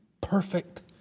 perfect